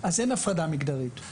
אז אין הפרדה מגדרית.